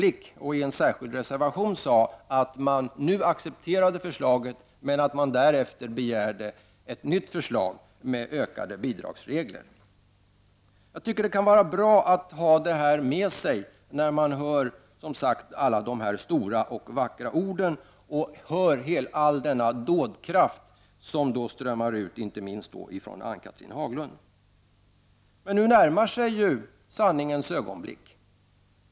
I en särskild reservation sade man sedan att man nu accepterade förslaget men att man begärde ett nytt förslag till statsbidragsregler. Jag tycker att det kan vara bra att ha detta med sig när man hör alla de stora och vackra orden och all den dådkraft som strömmar ut inte minst från Ann-Cathrine Haglund. Nu närmar sig sanningens ögonblick.